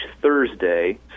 Thursday